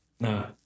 no